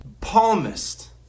Palmist